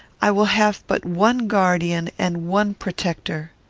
i will have but one guardian and one protector.